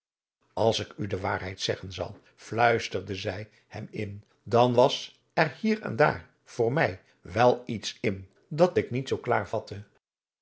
als ik u de waarheid zeggen zal fluisterde zij hem in dan was er hier en daar voor mij wel iets in dat ik niet zoo klaar vatte